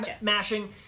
mashing